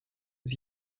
his